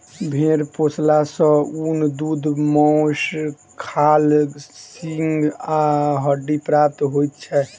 भेंड़ पोसला सॅ ऊन, दूध, मौंस, खाल, सींग आ हड्डी प्राप्त होइत छै